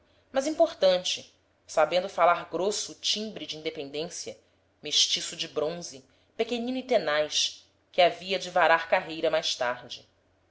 mas importante sabendo falar grosso o timbre de independência mestiço de bronze pequenino e tenaz que havia de varar carreira mais tarde